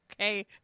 Okay